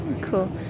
Cool